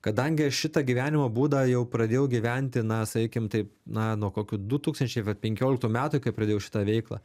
kadangi šitą gyvenimo būdą jau pradėjau gyventi na sakykim taip na nuo kokių du tūkstančiai va penkioliktų metų kai pradėjau šitą veiklą